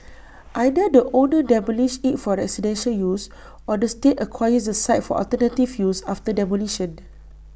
either the owner demolishes IT for residential use or the state acquires the site for alternative use after demolition